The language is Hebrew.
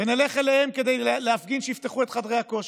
נלך אליהם כדי להפגין שיפתחו את חדרי הכושר,